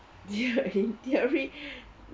in theory